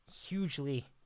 hugely